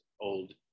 old